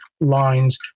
lines